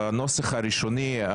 בנוסח הראשוני,